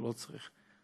שלא צריכים,